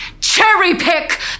cherry-pick